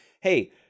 hey